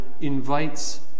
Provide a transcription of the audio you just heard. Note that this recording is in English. Invites